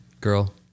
Girl